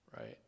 Right